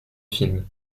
films